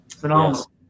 Phenomenal